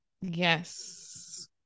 yes